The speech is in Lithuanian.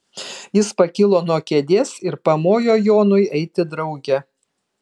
jis pakilo nuo kėdės ir pamojo jonui eiti drauge